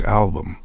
album